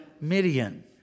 Midian